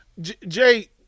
Jay